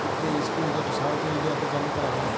ইকট ইস্কিম যেট সাউথ ইলডিয়াতে চালু ক্যরা হ্যয়